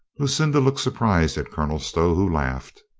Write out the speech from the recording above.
lucinda looked surprised at colonel stow, who laughed.